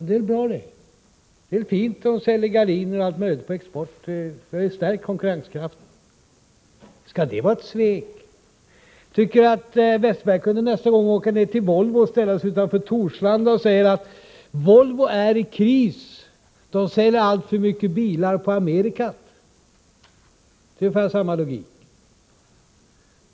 Det är väl bra att det säljs gardiner och allt möjligt annat på export! Det betyder att man stärkt konkurrenskraften. Skall det vara ett svek? Jag tycker att Bengt Westerberg nästa han gång han reser kunde åka ned till Volvo och ställa sig utanför Torslandafabriken och säga: Volvo är i kris. De säljer alltför mycket bilar till Amerika. Det är ungefär samma logik.